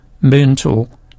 mental